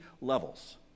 levels